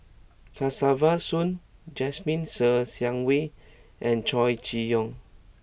Kesavan Soon Jasmine Ser Xiang Wei and Chow Chee Yong